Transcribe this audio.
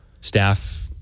staff